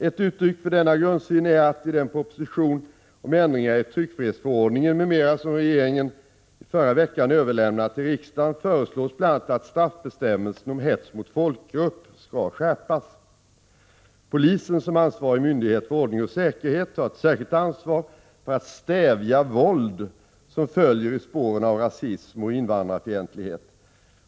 Ett uttryck för denna grundsyn är att i den proposition om ändringar i tryckfrihetsförordningen m.m. som regeringen i förra veckan överlämnade till riksdagen föreslås bl.a. att straffbestämmelsen om hets mot folkgrupp skall skärpas. Polisen, som ansvarig myndighet för ordning och säkerhet, har ett särskilt ansvar för att stävja våld som följer i spåren av rasism och invandrarfientlighet.